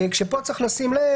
פה יש לשים לב,